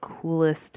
coolest